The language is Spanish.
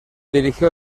dirigió